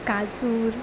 काजून